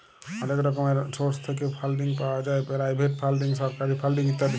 অলেক রকমের সোর্স থ্যাইকে ফাল্ডিং পাউয়া যায় পেরাইভেট ফাল্ডিং, সরকারি ফাল্ডিং ইত্যাদি